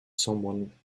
someone